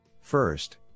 First